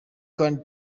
kandi